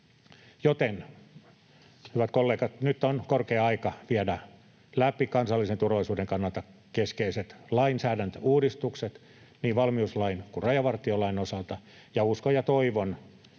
Joten, hyvät kollegat, nyt on korkea aika viedä läpi kansallisen turvallisuuden kannalta keskeiset lainsäädäntöuudistukset niin valmiuslain kuin rajavartiolain osalta. Uskon ja toivon